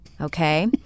Okay